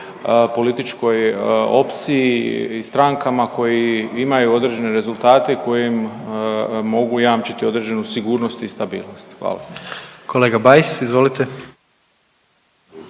političkoj opciji i strankama koje imaju određene rezultate koji im mogu jamčiti određenu sigurnost i stabilnost. Hvala. **Jandroković,